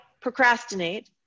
procrastinate